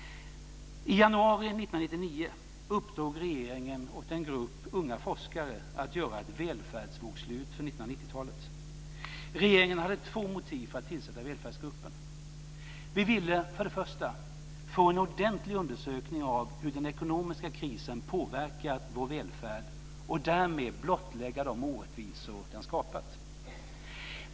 I januari 1999 uppdrog regeringen åt en grupp unga forskare att göra ett välfärdsbokslut för 1990 talet. Regeringen hade två motiv för att tillsätta välfärdsgruppen. Vi ville först och främst få en ordentlig undersökning av hur den ekonomiska krisen påverkat vår välfärd och därmed blottlägga de orättvisor den skapat.